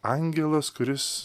angelas kuris